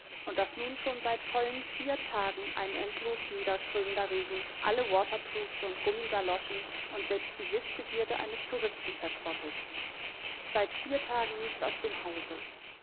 und daß nun schon seit vollen vier tagen ein endlos niederströmender regen alle waterproofs und gummigaloschen und selbst die wißbegierde eines touristen verspottet seit vier tagen nicht aus dem hause